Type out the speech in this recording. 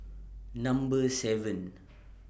Number seven